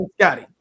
Scotty